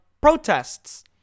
protests